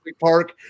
park